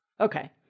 okay